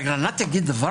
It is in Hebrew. אגרנט יגיד את זה?